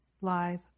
live